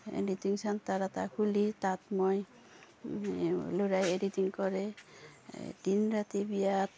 editing centre এটা খুলি তাত মই ল'ৰাই এডিটিং কৰে তিনি ৰাতি বিয়াত